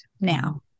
now